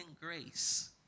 grace